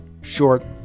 short